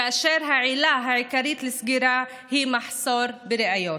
והעילה העיקרית לסגירה היא מחסור בראיות.